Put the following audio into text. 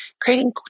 creating